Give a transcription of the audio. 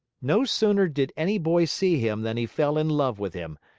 no sooner did any boy see him than he fell in love with him,